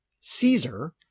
Caesar